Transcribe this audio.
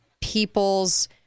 people's